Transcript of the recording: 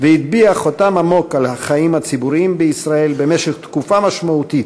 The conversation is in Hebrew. והטביע חותם עמוק על החיים הציבוריים בישראל במשך תקופה משמעותית,